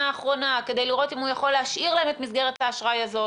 האחרונה כדי לראות אם הוא יכול להשאיר להם את מסגרת האשראי הזאת,